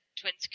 twins